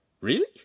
Really